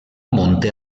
monte